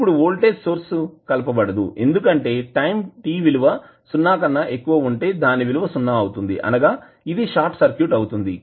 ఇప్పుడు voltage source కలపబడదు ఎందుకంటే టైం t విలువ సున్నా కన్నా ఎక్కువ ఉంటే దాని విలువ సున్నా అవుతుంది అనగా ఇది షార్ట్ సర్క్యూట్ అవుతుంది